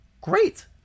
great